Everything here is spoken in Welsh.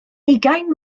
ugain